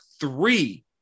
three